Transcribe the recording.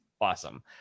awesome